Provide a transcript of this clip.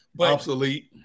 Obsolete